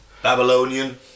Babylonian